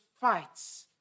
fights